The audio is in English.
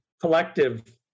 collective